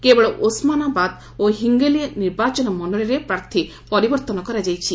କେବଳ ଓସମାନାବାଦ୍ ଓ ହିଙ୍ଗୋଲି ନିର୍ବାଚନ ମଣ୍ଡଳୀରେ ପ୍ରାର୍ଥୀ ପରିବର୍ତ୍ତନ କରାଯାଇଛି